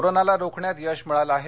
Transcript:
कोरोनाला रोखण्यात यश मिळालं आहे